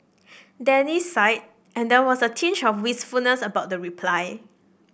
Danny sighed and there was a tinge of wistfulness about the reply